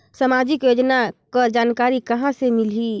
समाजिक योजना कर जानकारी कहाँ से मिलही?